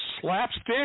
slapstick